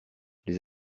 les